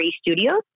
Studios